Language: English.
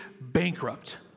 bankrupt